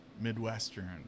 Midwestern